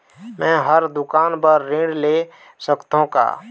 मैं हर दुकान बर ऋण ले सकथों का?